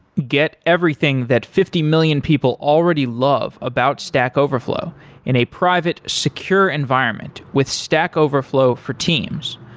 get everything that fifty million people already love about stack overflow in a private, secure environment with stack overflow for teams.